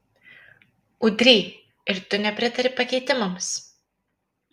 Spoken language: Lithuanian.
udry ir tu nepritari pakeitimams